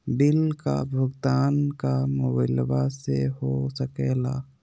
Bill का भुगतान का मोबाइलवा से हो सके ला?